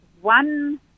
one